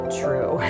true